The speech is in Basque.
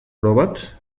orobat